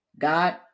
God